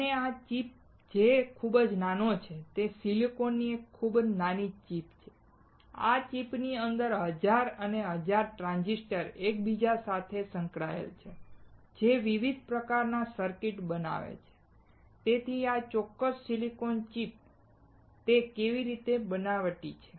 અને આ ચિપ જે ખૂબ જ નાનો છે તે સિલિકોનની એક નાની ચિપ છે અને આ ચિપની અંદર હજારો અને હજારો ટ્રાન્ઝિસ્ટર એકબીજા સાથે સંકળાયેલા છે જે વિવિધ પ્રકારના સર્કિટ બનાવે છે તેથી આ ચોક્કસ સિલિકોન ચિપ તે કેવી રીતે બનાવટી છે